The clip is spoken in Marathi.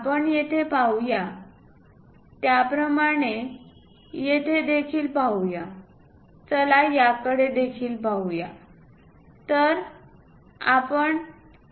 आपण येथे पाहूया त्याप्रमाणे येथे देखील पाहूया चला याकडे देखील पाहूया